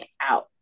out